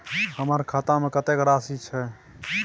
हमर खाता में कतेक राशि छै?